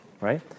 right